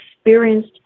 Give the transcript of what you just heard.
experienced